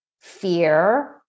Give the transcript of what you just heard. fear